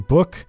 Book